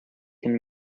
can